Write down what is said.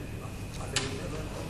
1. האם הדבר נכון?